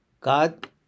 God